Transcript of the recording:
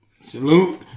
salute